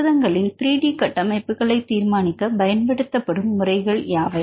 புரதங்களின் 3 டி கட்டமைப்புகளைத் தீர்மானிக்கப் பயன்படுத்தப்படும் முறைகள் யாவை